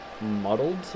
muddled